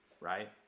right